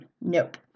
nope